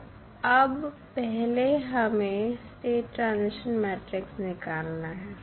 तो अब पहले हमें स्टेट ट्रांजिशन मैट्रिक्स निकालना है